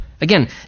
Again